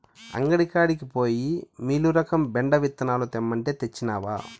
అంగడి కాడికి పోయి మీలురకం బెండ విత్తనాలు తెమ్మంటే, తెచ్చినవా